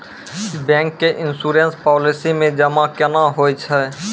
Bank के insurance policy मे जमा केना होय छै?